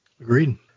agreed